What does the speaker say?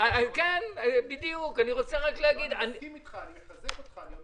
אני מסכים איתך, אני מחזק אותך.